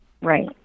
Right